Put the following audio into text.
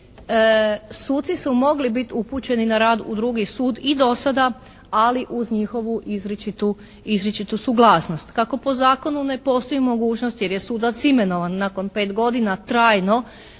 Suci su mogli biti upućeni na rad u drugi sud i dosada, ali uz njihovu izričitu suglasnost. Kako po zakonu ne postoji mogućnost jer je sudac imenovan nakon 5 godina trajno